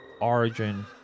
origin